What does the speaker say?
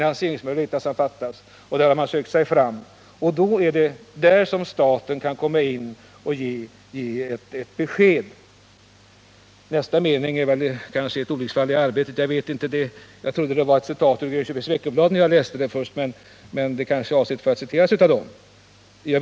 Nästa mening i svaret lyder: ”Det är enligt min bedömning dessutom ytterst osannolikt att någon enkel, slutgiltig lösning på bilindustrins långsiktiga problem står till buds.” Den meningen får man kanske betrakta som ett olycksfall i arbetet. Jag trodde först att det var ett citat ur Grönköpings Veckoblad som jag läste, men tanken är kanske att meningen skall citeras av Veckobladet.